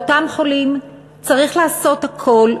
בשביל אותם חולים צריך לעשות הכול,